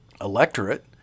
electorate